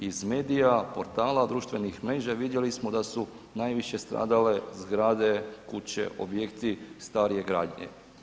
Iz medija, portala, društvenih mreža vidjeli smo da su najviše stradale zgrade, kuće, objekti starije gradnje.